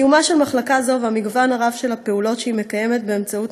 קיומה של מחלקה זו והמגוון הרב של הפעולות שהיא מקיימת באמצעות